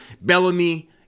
Bellamy